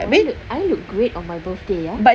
!wow! I look I look great on my birthday ya